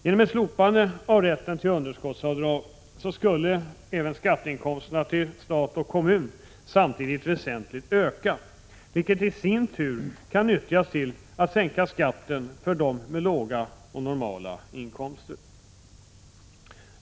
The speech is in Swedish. Genom ett slopande av rätten till underskottsavdrag skulle även skatteinkomsterna till stat och kommun samtidigt väsentligt öka, vilket i sin tur kan nyttjas till att sänka skatten för dem med låga och normala inkomster.